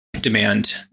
demand